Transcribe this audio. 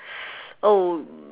oh